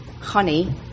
Honey